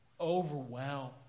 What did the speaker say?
overwhelmed